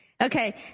Okay